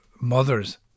mothers